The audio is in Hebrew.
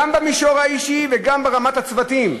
גם במישור האישי וגם ברמת הצוותים".